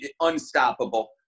unstoppable